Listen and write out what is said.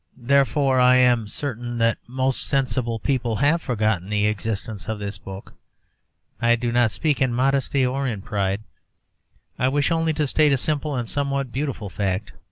therefore, i am certain that most sensible people have forgotten the existence of this book i do not speak in modesty or in pride i wish only to state a simple and somewhat beautiful fact.